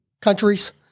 countries